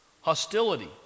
hostility